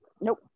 nope